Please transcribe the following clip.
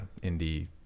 indie